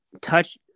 touch